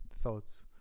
thoughts